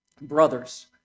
Brothers